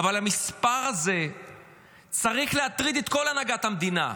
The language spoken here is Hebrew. אבל המספר הזה צריך להטריד את כל הנהגת המדינה.